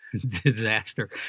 Disaster